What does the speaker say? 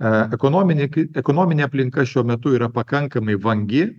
ekonominė ki ekonominė aplinka šiuo metu yra pakankamai vangi